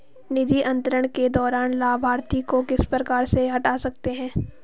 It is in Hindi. निधि अंतरण के दौरान लाभार्थी को किस प्रकार से हटा सकते हैं?